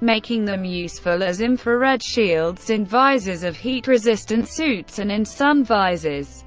making them useful as infrared shields in visors of heat-resistant suits, and in sun-visors